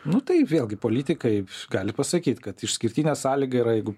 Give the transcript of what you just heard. nu tai vėlgi politikai gali pasakyt kad išskirtinė sąlyga yra jeigu